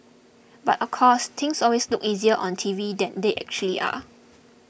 but of course things always look easier on T V than they actually are